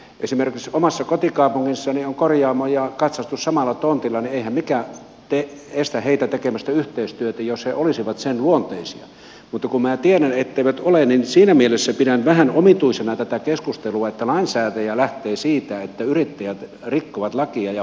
esimerkiksi omassa kotikaupungissani ovat korjaamo ja katsastus samalla tontilla niin että eihän mikään estä heitä tekemästä yhteistyötä jos he olisivat sen luonteisia mutta kun minä tiedän etteivät ole niin siinä mielessä pidän vähän omituisena tätä keskustelua että lainsäätäjä lähtee siitä että yrittäjät rikkovat lakia ja huijaavat